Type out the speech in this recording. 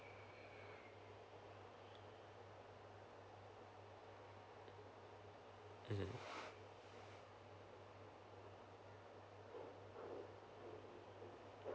mmhmm